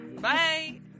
bye